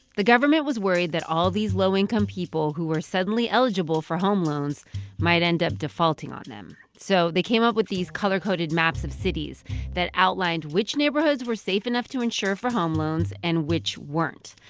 the government was worried that all these low-income people who were suddenly eligible for home loans might end up defaulting on them, so they came up with these color-coded maps of cities that outlined which neighborhoods were safe enough to insure for home loans and which weren't.